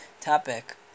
topic